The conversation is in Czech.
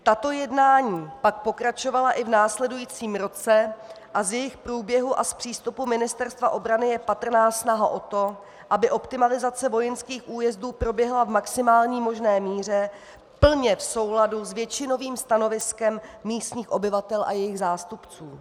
Tato jednání pak pokračovala i v následujícím roce a z jejich průběhu a přístupu Ministerstva obrany je patrná snaha o to, aby optimalizace vojenských újezdů proběhla v maximální možné míře plně v souladu s většinovým stanoviskem místních obyvatel a jejich zástupců.